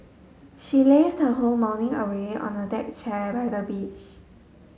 she lazed her whole morning away on a deck chair by the beach